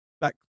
back